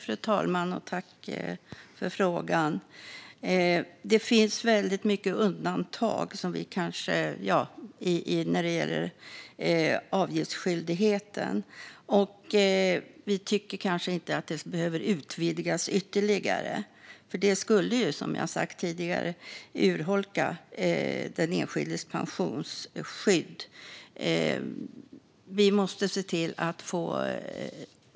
Fru talman! Tack för frågan! Det finns väldigt många undantag när det gäller avgiftsskyldigheten. Vi tycker kanske inte att den behöver utvidgas ytterligare, för som jag har sagt tidigare skulle det urholka den enskildes pensionsskydd.